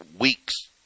weeks